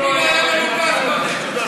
אנחנו הקשבנו.